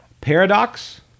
Paradox